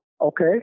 okay